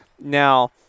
Now